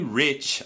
rich